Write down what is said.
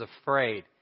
afraid